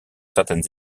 certaines